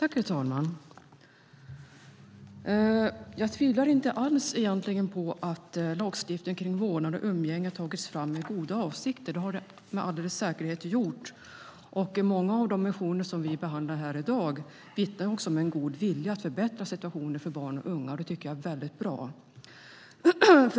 Herr talman! Jag tvivlar egentligen inte alls på att lagstiftningen kring vårdnad och umgänge har tagits fram med goda avsikter. Så är det med all säkerhet. Många av de motioner som vi behandlar här i dag vittnar också om en god vilja att förbättra situationen för barn och unga, och det tycker jag är väldigt bra.